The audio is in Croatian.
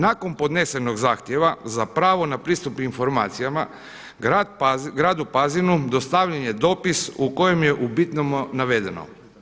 Nakon podnesenog zahtjeva za pravo na pristup informacijama gradu Pazinu dostavljen je dopis u kojem je u bitnome navedeno.